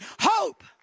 hope